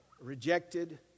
rejected